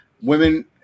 women